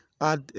add